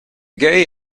gay